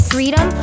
Freedom